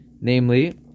Namely